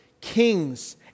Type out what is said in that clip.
Kings